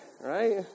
right